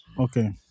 Okay